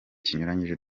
kinyuranyije